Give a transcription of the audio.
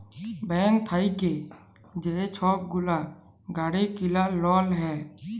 bank থ্যাইকে যে ছব গুলা গাড়ি কিলার লল হ্যয়